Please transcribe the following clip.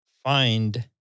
Find